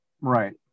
Right